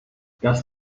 das